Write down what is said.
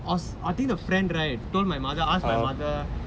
because I think the friend told my mother ask my mother